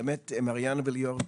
באמת, מריאנה וליאור,